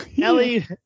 Ellie